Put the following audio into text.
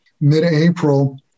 mid-April